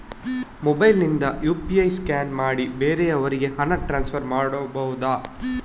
Mobile ನಿಂದ UPI scan ಮಾಡಿ ಬೇರೆಯವರಿಗೆ ಹಣ ಟ್ರಾನ್ಸ್ಫರ್ ಮಾಡಬಹುದ?